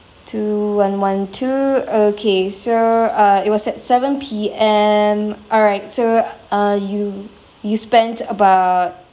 two one one two okay so uh it was at seven P_M alright so uh you you spent about